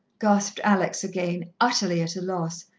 gasped alex again, utterly at a loss,